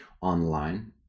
online